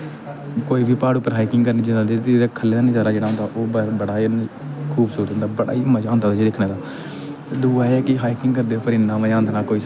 कोई बी प्हाड़ उप्पर हाइकिंग करने जिसलै खल्ल दिक्खने दा नजारा जेह्ड़ा होंदा बड़ा ही खुबसूरत होंदा बड़ा ही मजा होंदा दिक्खने दा दूआ ऐ एह् कि हाइकिंग करदे इ'न्ना मजा आंदा ना कोई साह्ब नीं